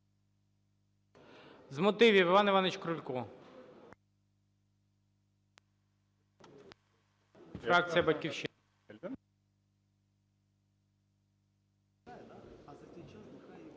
З мотивів – Іван Іванович Крулько, фракція "Батьківщина".